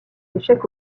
échecs